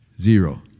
Zero